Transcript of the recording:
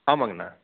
ஆமாங்க அண்ணா